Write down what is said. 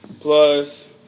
plus